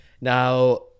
Now